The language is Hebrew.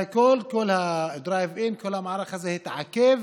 הכול, כל הדרייב אין, כל המערך הזה, התעכב